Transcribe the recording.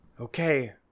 Okay